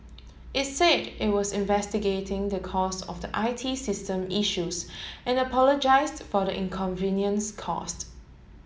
it said it was investigating the cause of the I T system issues and apologised for inconvenience caused